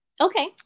Okay